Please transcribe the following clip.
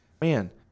Man